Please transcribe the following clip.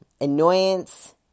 annoyance